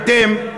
אתם,